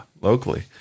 locally